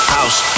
House